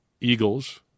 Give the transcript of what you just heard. Eagles